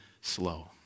slow